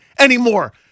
anymore